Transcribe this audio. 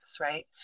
Right